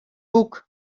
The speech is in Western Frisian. boek